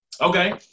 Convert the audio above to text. okay